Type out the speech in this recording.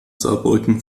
saarbrücken